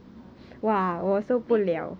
!wah! baking